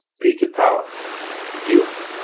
peter power dupe,